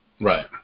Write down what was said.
Right